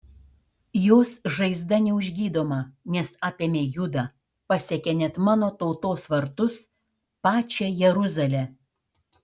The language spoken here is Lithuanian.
jos žaizda neužgydoma nes apėmė judą pasiekė net mano tautos vartus pačią jeruzalę